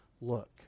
look